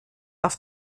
auf